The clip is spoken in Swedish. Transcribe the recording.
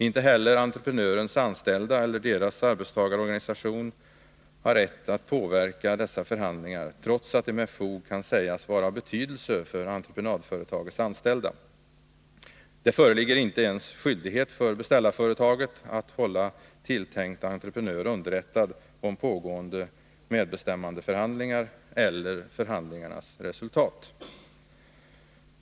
Inte heller entreprenörens anställda eller deras arbetstagarorganisation har rätt att påverka dessa förhandlingar, trots att de med fog kan sägas vara av betydelse för entreprenadföretagets anställda. Det föreligger inte ens skyldighet för beställarföretaget att hålla tilltänkt entreprenör underrättad om pågående medbestämmandeförhandlingar eller om förhandlingarnas resultat.